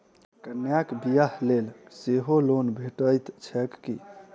कन्याक बियाह लेल सेहो लोन भेटैत छैक की?